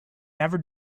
never